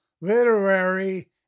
Literary